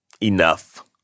enough